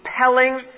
compelling